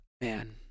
Man